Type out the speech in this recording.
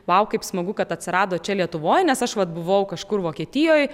wow kaip smagu kad atsirado čia lietuvoj nes aš vat buvau kažkur vokietijoj